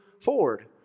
forward